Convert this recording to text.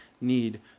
need